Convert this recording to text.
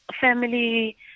family